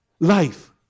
Life